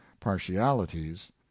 partialities